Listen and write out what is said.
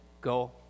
Go